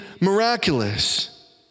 miraculous